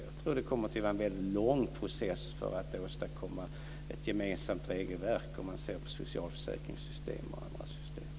Jag tror att det kommer att vara en väldigt lång process för att åstadkomma ett gemensamt regelverk för socialförsäkringssystem och andra system.